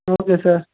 okay sir